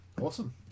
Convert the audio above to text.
awesome